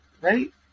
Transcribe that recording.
right